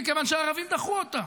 מכיוון שהערבים דחו אותה.